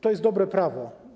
To jest dobre prawo.